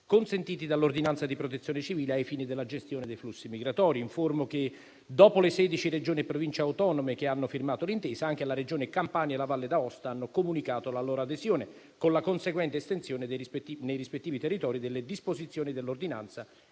consentiti dall'ordinanza di protezione civile ai fini della gestione dei flussi migratori. Informo che, dopo le 16 Regioni e Province autonome che hanno firmato l'intesa, anche la Regione Campania e la Valle d'Aosta hanno comunicato la loro adesione, con la conseguente estensione nei rispettivi territori delle disposizioni dell'ordinanza